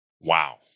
wow